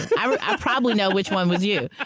i probably know which one was you?